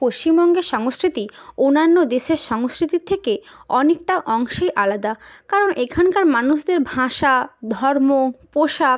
পশ্চিমবঙ্গের সংস্কৃতি অন্যান্য দেশের সংস্কৃতির থেকে অনেকটা অংশে আলাদা কারণ এখানকার মানুষদের ভাঁষা ধর্ম পোশাক